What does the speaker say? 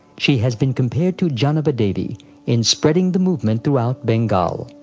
she has been compared to jahnava-devi in spreading the movement throughout bengal.